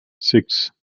six